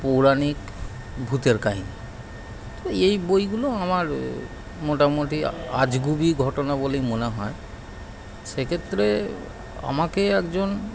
পৌরাণিক ভূতের কাহিনি তো এই বইগুলো আমার মোটামুটি আ আজগুবি ঘটনা বলেই মনে হয় সেক্ষেত্রে আমাকে একজন